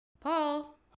Paul